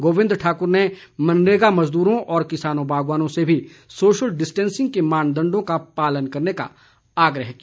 गोविंद ठाकुर ने मनरेगा मजदूरों और किसानों बागवानों से भी सोशल डिस्टेंसिंग के मानदंडों का पालन करने का आग्रह किया